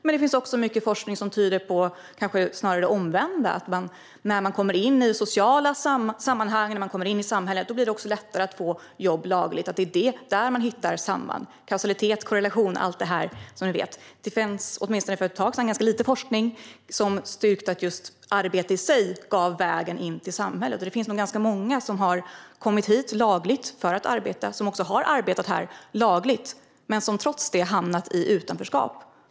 Men det finns också mycket forskning som snarare tyder på det omvända: När man kommer in i sociala sammanhang och när man kommer in i samhället blir det också lättare att få jobb lagligt. Det är där man hittar samband. Det handlar om kausalitet, korrelation och allt detta, som vi vet. Det fanns åtminstone för ett tag sedan ganska lite forskning som styrker att just arbete i sig ger vägen in i samhället. Det finns nog ganska många som har kommit hit lagligt för att arbeta, och som också har arbetat här lagligt men som trots det har hamnat i utanförskap.